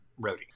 roadie